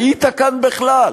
היית כאן בכלל?